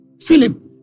Philip